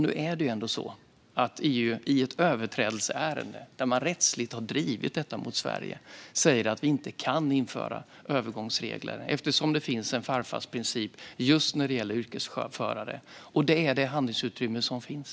Nu är det ändå så att EU, i ett överträdelseärende där man rättsligt har drivit detta mot Sverige, säger att vi inte kan införa övergångsregler eftersom det finns en farfarsprincip just när det gäller yrkeschaufförer. Det är det handlingsutrymme som finns.